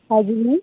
हजुर मिस